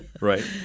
right